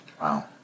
Wow